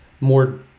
more